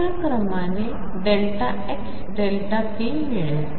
च्या क्रमाने ΔxΔp मिळेल